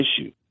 issue